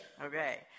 Okay